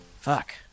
Fuck